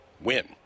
win